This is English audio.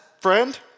friend